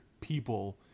people